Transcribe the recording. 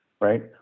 right